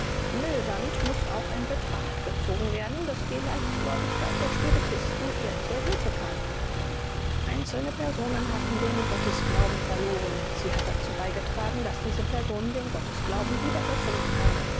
mildernd muß auch in betracht gezogen werden daß die leichtgläubigkeit der spiritisten ihr zu hilfe kam einzelne personen hatten den gottesglauben verloren sie hat dazu beigetragen daß diese personen den gottesglauben wiedergewonnen haben